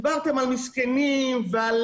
דיברתם על מסכנים וכולי,